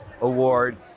award